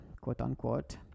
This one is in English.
quote-unquote